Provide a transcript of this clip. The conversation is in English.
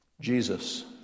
Jesus